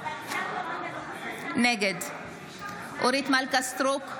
נגד אורית מלכה סטרוק,